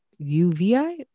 UVI